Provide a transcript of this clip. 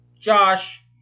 Josh